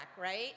right